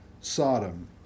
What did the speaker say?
Sodom